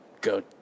go